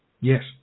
Yes